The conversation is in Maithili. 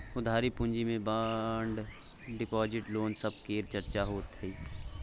उधारी पूँजी मे बांड डिपॉजिट, लोन सब केर चर्चा होइ छै